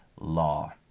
law